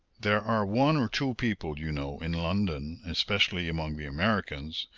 there are one or two people, you know, in london, especially among the americans,